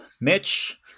mitch